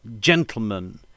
gentlemen